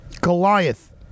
Goliath